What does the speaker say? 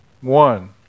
one